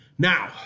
Now